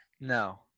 No